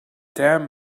damn